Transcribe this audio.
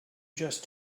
just